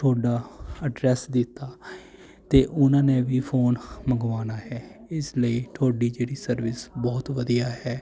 ਤੁਹਾਡਾ ਐਡਰੈਸ ਦਿੱਤਾ ਅਤੇ ਉਹਨਾਂ ਨੇ ਵੀ ਫੋਨ ਮੰਗਵਾਉਣਾ ਹੈ ਇਸ ਲਈ ਤੁਹਾਡੀ ਜਿਹੜੀ ਸਰਵਿਸ ਬਹੁਤ ਵਧੀਆ ਹੈ